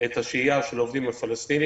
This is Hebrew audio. את השהייה של העובדים הפלסטינאים